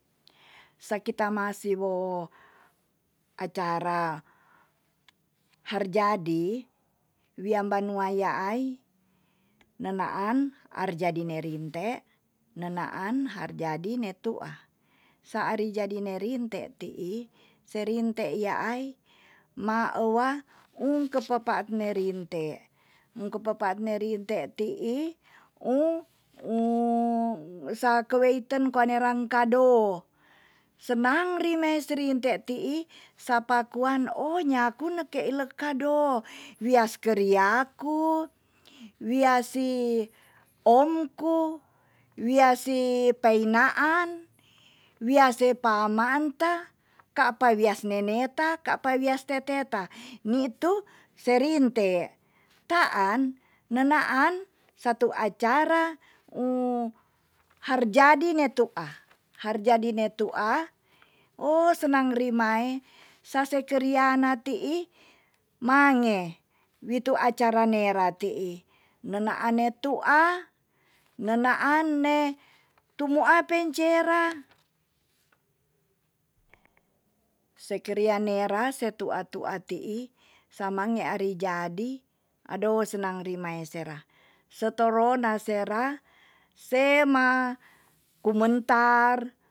Sakita masi wo acara harjadi wian banua yaai nenaan harjadi ne rinte, nenaan harjadi ne tu'a. saa harjadi ne rinte ti'i, se rinte yaai ma ewa um kepapaat ne rinte. um ke paat ne rinte ti'i um sake weiten kua neran kado. senang rinei si rinte ti'i sapakuan o nyaku neke lek kado wias keriaku, wias si om ku, wias si pai naan, wiase pamanta, ka pa wias neneta, kapa wias teteta, ni tu se rinte. taan nenaan satu acar harijadi ne tu'a. harjadi ne tu'a o senang rimae, sa se keriana ti'i mange, wi tu acara ne ra ti'i. ne naan ne tu'a, ne naan ne tumua pen cera se keria nera se tu'a tu'a ti'ii samange arijadi adou senang reame sera. se toro na se ra se ma kumentar,